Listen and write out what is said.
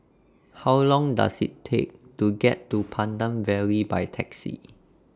How Long Does IT Take to get to Pandan Valley By Taxi